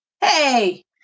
Hey